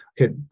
okay